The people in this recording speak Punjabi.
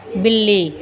ਬਿੱਲੀ